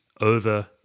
over